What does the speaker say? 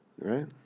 Right